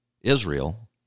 Israel